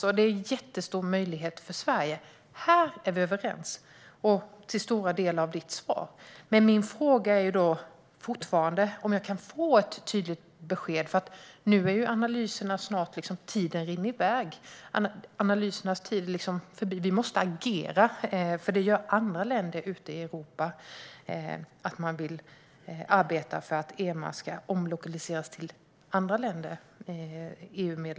Det skulle vara en jättestor möjlighet för Sverige. Det är vi överens om. Min fråga är dock fortfarande om jag kan få ett tydligt besked. Tiden rinner i väg. Analysernas tid är förbi. Vi måste agera. Det gör nämligen andra EU-länder, som arbetar för att EMA ska omlokaliseras till deras länder.